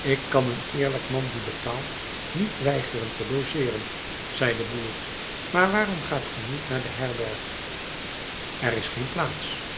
ik kan een eerlijk man die betaalt niet weigeren te logeeren zei de boer maar waarom gaat ge niet naar de herberg er is geen plaats